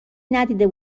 ندیده